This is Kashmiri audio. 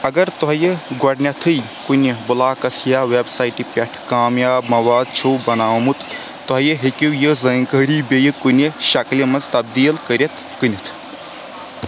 اگر تۄہہِ گۄڈنؠتھٕے کُنہِ بُلاکس یا ویب سایٹہِ پٮ۪ٹھ کامیاب مَواد چھُو بنومُت، توہہِ ہیٚکِو یہِ زٲنکٲری بیٚیہِ کُنہِ شَکلہِ مَنٛز تبدیٖل کٔرِتھ کٕنِتھ